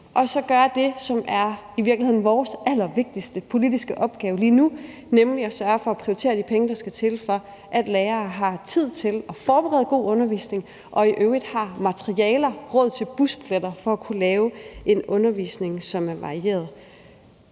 og så gøre det, som i virkeligheden er vores allervigtigste politiske opgave lige nu, nemlig at sørge for at prioritere de penge, der skal til, for at lærere har tid til at forberede god undervisning og i øvrigt har materialer og råd til busbilletterfor at kunne lave en undervisning, som er varieret.